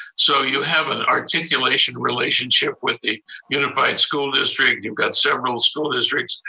so you have an articulation relationship with the unified school district, you've got several school districts.